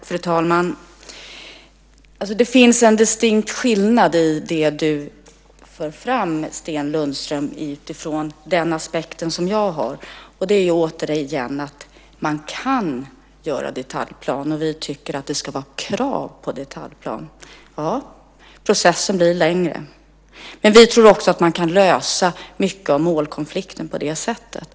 Fru talman! Det finns en distinkt skillnad mellan det Sten Lundström för fram och den aspekt som jag har. Sten Lundström säger att man kan göra en detaljplan, och vi tycker att det ska vara krav på en detaljplan. Processen blir längre, men vi tror också att man kan lösa mycket av målkonflikten på det sättet.